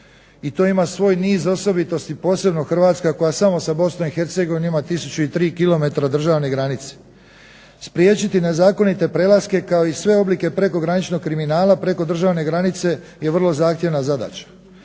I to ima svoj niz osobitosti posebno Hrvatska koja samo sa BiH ima 1003 km državne granice. Spriječiti nezakonite prelaske kao i sve oblike prekograničnog kriminala preko državne granice je vrlo zahtjevna zadaća.